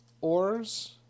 ores